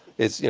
it's, you